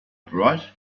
bright